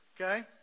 okay